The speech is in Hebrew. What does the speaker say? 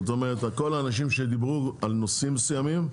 זאת אומרת כל האנשים שדיברו על נושאים מסוימים,